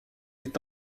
est